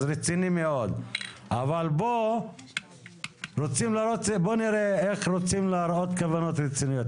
אבל פה בוא נראה איך רוצים להראות כוונות רציניות.